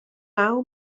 naw